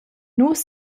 nus